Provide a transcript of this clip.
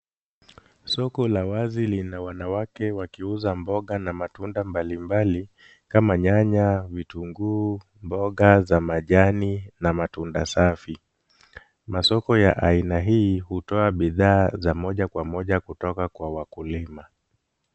Soko la wazi lina wanawake wakiuza mboga na matunda mbali mbali kama nyanya, vitunguu, mboga za majani na matunda safi. Masoko ya aina hii hutoa bidhaa za moja kwa moja kutoka kwa wakulima.